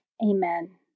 Amen